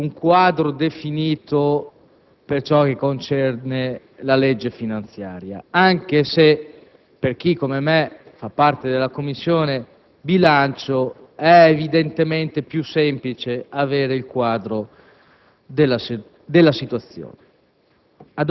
di un quadro definito per ciò che concerne la legge finanziaria, anche se per chi, come me, fa parte della Commissione bilancio, è evidentemente più semplice avere il quadro della situazione.